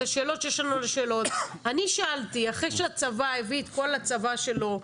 את השאלות שיש לנו לשאול אני שאלתי: אחרי שהצבא הביא את כל הצבא שלו,